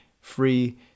free